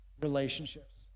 relationships